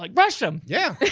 like rush them! yeah!